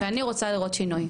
ואני רוצה לראות שינוי.